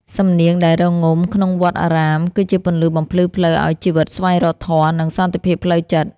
សំនៀងដែលរងំក្នុងវត្តអារាម គឺជាពន្លឺបំភ្លឺផ្លូវឱ្យជីវិតស្វែងរកធម៌ និងសន្តិភាពផ្លូវចិត្ត។